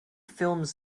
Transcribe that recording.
films